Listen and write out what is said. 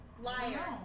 Liar